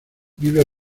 vive